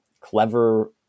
clever